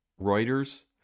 Reuters